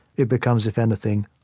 it becomes, if anything,